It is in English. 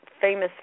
famous